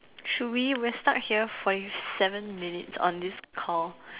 should we we're stuck here forty seven minutes on this call